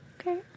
Okay